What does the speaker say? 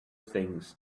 things